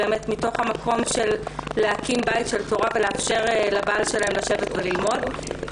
מתוך המקום של להקים בית של תורה ולאפשר לבעל שלהן לשבת וללמוד,